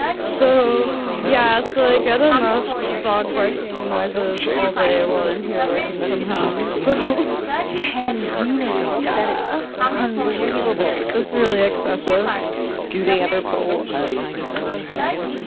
so yes, yeah so i get enough dog barking noises all day while i'm here working from haast you know ten wiener dog yeah but unbelievable it's really excessive do they ever pull a tiny, tiny wagon?